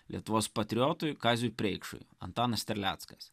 lietuvos patriotui kaziui preikšui antanas terleckas